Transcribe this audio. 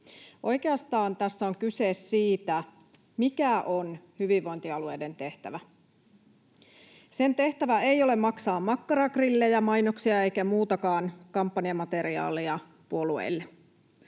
Oikeastaan tässä on kyse siitä, mikä on hyvinvointialueen tehtävä. Sen tehtävä ei ole maksaa makkaragrillejä, mainoksia eikä muitakaan kampanjamateriaaleja puolueille.